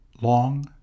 long